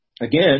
Again